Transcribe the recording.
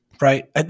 right